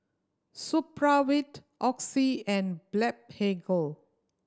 Supravit Oxy and Blephagel